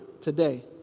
today